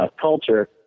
culture